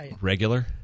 Regular